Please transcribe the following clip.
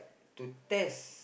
to test